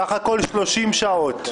בסך הכול, 30 שעות.